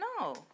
No